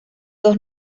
dos